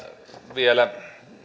vielä